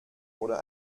oder